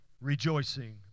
rejoicing